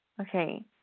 okay